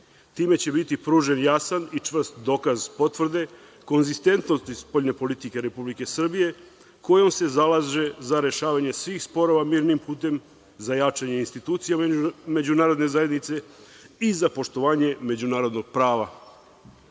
Time će biti pružen jasan i čvrst dokaz potvrde konzistentnosti spoljne politike Republike Srbije kojom se zalaže za rešavanje svih sporova mirnim putem za jačanje institucija međunarodne zajednice i za poštovanje međunarodnog prava. Učešće